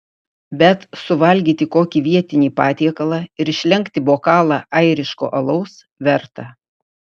bet suvalgyti kokį vietinį patiekalą ir išlenkti bokalą airiško alaus verta